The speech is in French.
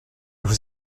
vos